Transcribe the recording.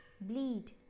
bleed